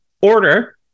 order